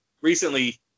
recently